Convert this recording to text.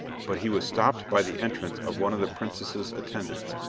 but he was stopped by the entrance of one of the princess's attendants,